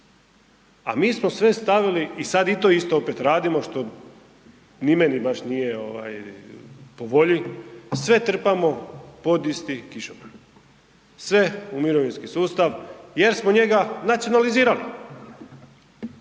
A mi smo sve stavili i sad i to isto opet radimo, što ni meni baš nije ovaj po volji, sve trpamo pod isti kišobran, sve u mirovinski sustav jer smo njega nacionalizirali.